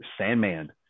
Sandman